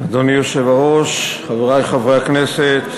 אדוני היושב-ראש, חברי חברי הכנסת,